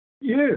Yes